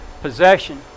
Possession